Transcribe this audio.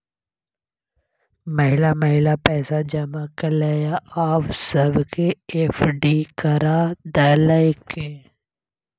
महिना महिना पैसा जमा केलियै आब सबके एफ.डी करा देलकै